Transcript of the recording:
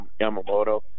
Yamamoto